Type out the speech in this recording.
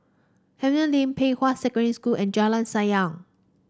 Henry Lane Pei Hwa Secondary School and Jalan Sayang